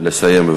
לסיים בבקשה.